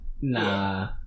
Nah